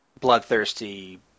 bloodthirsty